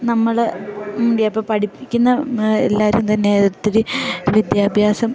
നമ്മള് പഠിപ്പിക്കുന്ന എല്ലാവരും തന്നെ ഒത്തിരി വിദ്യാഭ്യാസം